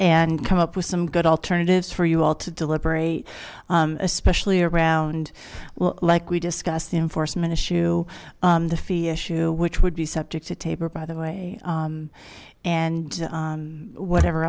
and come up with some good alternatives for you all to deliberate especially around like we discussed the enforcement issue the fee issue which would be subject to taper by the way and whatever